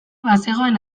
bazegoen